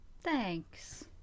Thanks